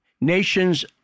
nations